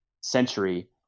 century